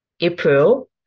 April